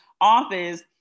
office